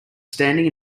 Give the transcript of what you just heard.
standing